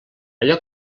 allò